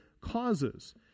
causes